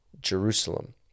Jerusalem